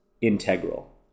integral